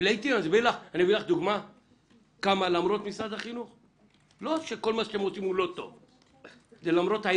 אני אביא לך דוגמה כמה שזה "למרות משרד